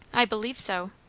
i believe so.